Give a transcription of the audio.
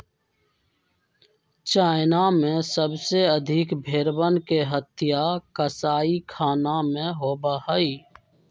China में सबसे अधिक भेंड़वन के हत्या कसाईखाना में होबा हई